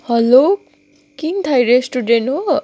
hello king Thai restaurant हो